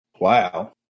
Wow